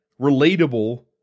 relatable